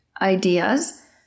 ideas